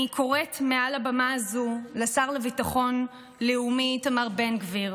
אני קוראת מעל הבמה הזו לשר לביטחון לאומי איתמר בן גביר,